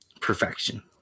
Perfection